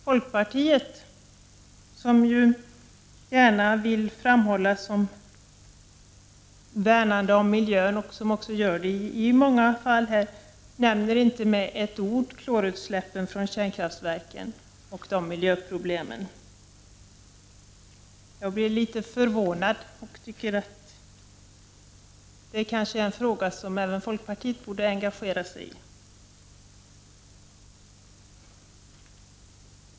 Folkpartiet, som ju vill framhålla sig som värnande om miljön och som också gör det i många fall, nämner inte med ett ord klorutsläppen från kärnkraftverken. Det förvånar mig. Detta är väl en fråga som även folkpartiet borde engagera sig i?